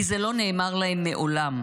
כי זה לא נאמר להם מעולם.